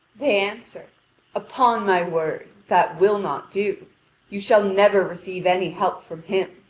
they answer upon my word that will not do you shall never receive any help from him.